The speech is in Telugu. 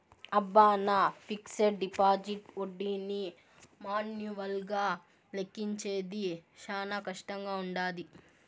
అబ్బ, నా ఫిక్సిడ్ డిపాజిట్ ఒడ్డీని మాన్యువల్గా లెక్కించేది శానా కష్టంగా వుండాది